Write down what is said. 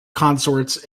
consorts